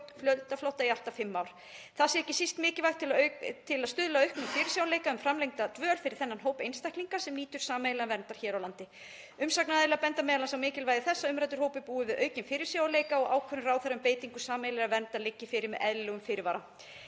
fjöldaflótta í allt að fimm ár. Það sé ekki síst mikilvægt til að stuðla að auknum fyrirsjáanleika um framlengda dvöl fyrir þennan hóp einstaklinga sem nýtur sameiginlegrar verndar hér á landi. Umsagnaraðilar benda m.a. á mikilvægi þess að umræddur hópur búi við aukinn fyrirsjáanleika og ákvörðun ráðherra um beitingu sameiginlegrar verndar liggi fyrir með eðlilegum fyrirvara.